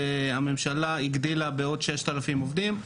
הממשלה הגדילה את המכסה בעוד 6,000 עובדים,